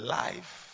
life